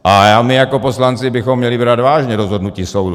A my jako poslanci bychom měli brát vážně rozhodnutí soudu.